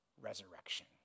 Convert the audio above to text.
resurrection